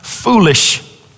foolish